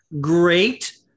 Great